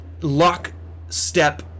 lockstep